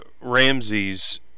ramsey's